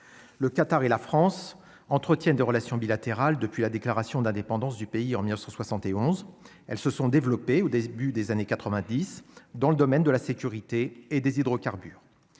le Qatar et la France entretiennent des relations bilatérales depuis la déclaration d'indépendance du pays en 1971, elles se sont développées au début des années 90 dans le domaine de la sécurité et des hydrocarbures,